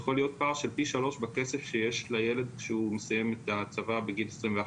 יכול להיות פער של פי שלוש בכסף שיש לילד כשהוא מסיים את הצבא בגיל 21,